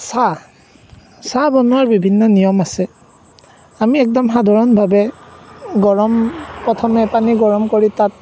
চাহ চাহ বনোৱাৰ বিভিন্ন নিয়ম আছে আমি একদম সাধাৰণভাৱে গৰম প্ৰথমে পানী গৰম কৰি তাত